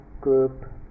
group